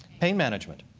pain management.